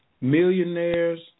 Millionaires